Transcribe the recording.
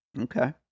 okay